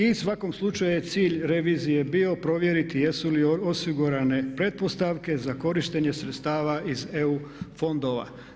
I u svakom slučaju je cilj revizije bio provjeriti jesu li osigurane pretpostavke za korištenje sredstava iz EU fondova.